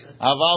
Aval